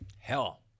Hell